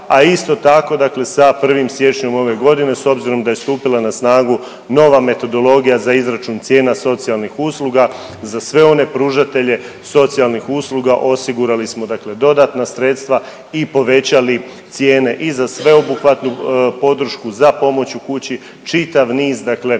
a isto tako dakle sa 1. siječnjem ove godine s obzirom da je stupila na snagu nova metodologija za izračun cijena socijalnih usluga za sve one pružatelje socijalnih usluga osigurali smo dakle dodatna sredstva i povećali cijene i za sveobuhvatnu podršku za pomoć u kući. Čitav niz dakle